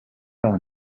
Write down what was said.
par